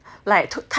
!wow! like